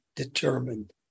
determined